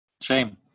Shame